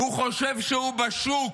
הוא חושב שהוא בשוק.